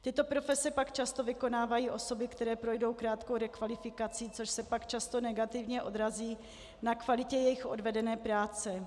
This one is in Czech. Tyto profese pak často vykonávají osoby, které projdou krátkou rekvalifikací, což se pak často negativně odrazí na kvalitě jejich odvedené práce.